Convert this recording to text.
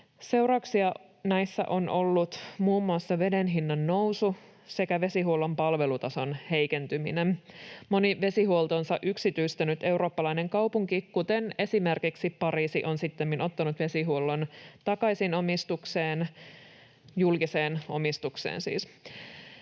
Seurauksia näistä on ollut muun muassa veden hinnan nousu sekä vesihuollon palvelutason heikentyminen. Moni vesihuoltonsa yksityistänyt eurooppalainen kaupunki, kuten esimerkiksi Pariisi, on sittemmin ottanut vesihuollon takaisin julkiseen omistukseen.